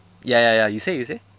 ya ya ya you say you say